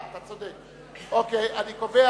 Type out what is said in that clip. קדימה,